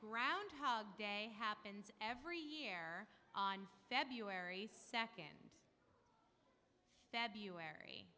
groundhog day happens every year on february second february